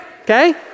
Okay